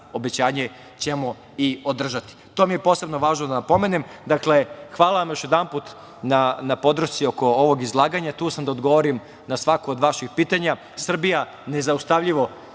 obećanje ćemo i održati. To mi je posebno da napomenem. Hvala vam još jedanput na podršci oko ovog izlaganja. Tu sam da odgovorim na svako od vaših pitanja. Srbija nezaustavljivo